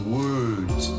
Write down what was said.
words